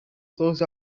closed